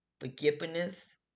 forgiveness